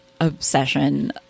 obsession